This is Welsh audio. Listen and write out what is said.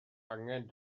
angen